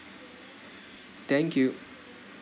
thank you